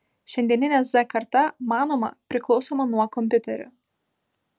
šiandieninė z karta manoma priklausoma nuo kompiuterių